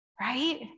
right